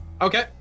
Okay